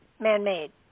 man-made